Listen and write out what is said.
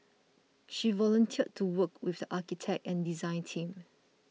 she volunteered to work with the architect and design team